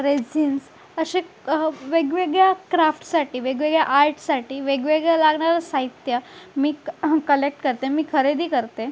resins असे कह वेगवेगळ्या क्राफ्टसाठी वेगवेगळ्या आर्टसाठी वेगवेगळं लागणारं साहित्य मी अह कलेक्ट करते मी खरेदी करते